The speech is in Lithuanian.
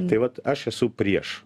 tai vat aš esu prieš